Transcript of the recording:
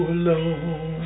alone